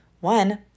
One